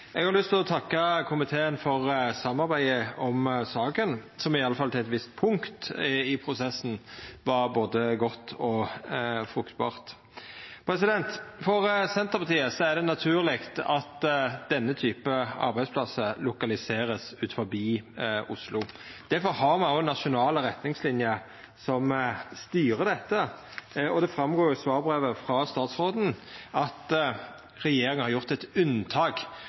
Eg har lyst til å takka komiteen for samarbeidet om saka, som iallfall til eit visst punkt i prosessen var både godt og fruktbart. For Senterpartiet er det naturleg at denne typen arbeidsplassar vert lokaliserte utanfor Oslo. Difor har me òg nasjonale retningslinjer som styrer dette. Det går fram av svarbrevet frå statsråden at regjeringa har gjort eit unntak